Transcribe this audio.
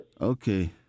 Okay